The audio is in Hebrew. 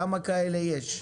כמה כאלה יש?